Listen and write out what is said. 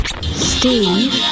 Steve